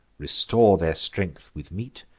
restore their strength with meat,